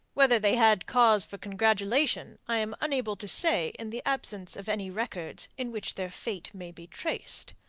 whether they had cause for congratulation, i am unable to say in the absence of any records in which their fate may be traced.